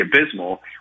abysmal